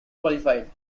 qualified